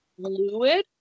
fluid